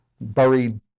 buried